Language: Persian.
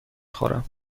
خورم